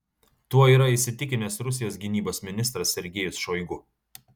tuo yra įsitikinęs rusijos gynybos ministras sergejus šoigu